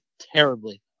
terribly